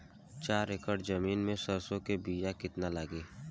चार एकड़ जमीन में सरसों के बीया कितना लागी?